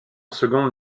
seconde